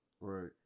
Right